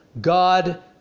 God